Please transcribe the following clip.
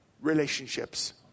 relationships